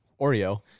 Oreo